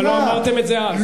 אבל לא אמרתם את זה אז.